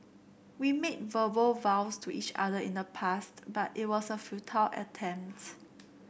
we made verbal vows to each other in the past but it was a futile attempts